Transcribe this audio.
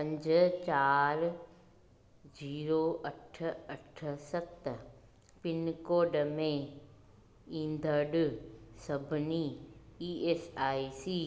पंज चारि ॿुड़ी अठ अठ सत पिनकोड में ईंदड़ सभिनी ई एस आई सी